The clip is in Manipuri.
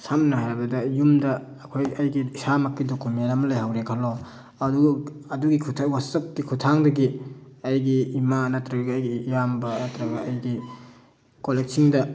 ꯁꯝꯅ ꯍꯥꯏꯔꯕꯗ ꯌꯨꯝꯗ ꯑꯩꯈꯣꯏ ꯑꯩꯒꯤ ꯏꯁꯥꯃꯛꯀꯤ ꯗꯣꯀꯨꯃꯦꯟ ꯑꯃ ꯂꯩꯍꯧꯔꯦ ꯈꯜꯂꯣ ꯑꯗꯨ ꯑꯗꯨꯒꯤ ꯋꯥꯆꯞꯀꯤ ꯈꯨꯊꯥꯡꯗꯒꯤ ꯑꯩꯒꯤ ꯏꯃꯥ ꯅꯠꯇ꯭ꯔꯒ ꯑꯩꯒꯤ ꯏꯌꯥꯝꯕ ꯅꯠꯇ꯭ꯔꯒ ꯑꯩꯒꯤ ꯀꯣꯂꯤꯛꯁꯤꯡꯗ